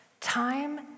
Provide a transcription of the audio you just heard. Time